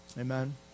Amen